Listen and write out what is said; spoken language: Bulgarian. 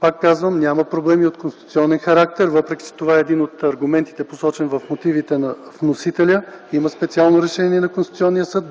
Пак казвам, няма проблеми от конституционен характер, въпреки че това е един от аргументите, посочен в мотивите на вносителя. Има специално решение на Конституционния съд.